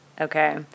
Okay